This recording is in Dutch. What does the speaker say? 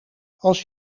als